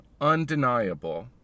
undeniable